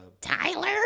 Tyler